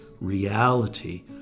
reality